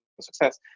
success